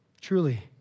truly